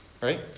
Right